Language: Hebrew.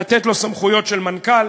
לתת לו סמכויות של מנכ"ל.